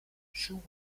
schönen